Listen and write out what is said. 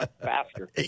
faster